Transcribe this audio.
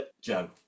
Joe